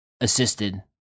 assisted